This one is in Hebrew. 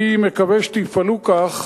אני מקווה שתפעלו כך.